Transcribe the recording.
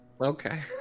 Okay